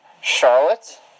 Charlotte